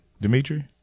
Dimitri